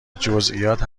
جزییات